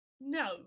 No